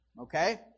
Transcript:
Okay